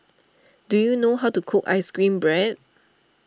do you know how to cook Ice Cream Bread